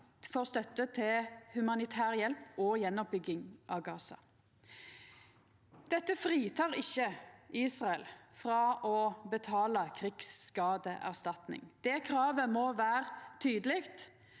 for støtte til humanitær hjelp og gjenoppbygging av Gaza. Dette fritek ikkje Israel frå å betala krigsskadeerstatning. Det kravet må vera tydeleg: